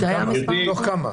מתוך כמה?